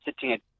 sitting